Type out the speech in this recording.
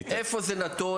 איפה זה נדון,